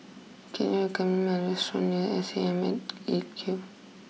can you recommend me a restaurant near S A M at eight Q